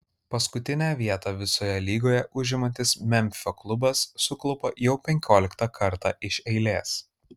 paskutinę vietą visoje lygoje užimantis memfio klubas suklupo jau penkioliktą kartą iš eilės